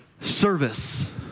Service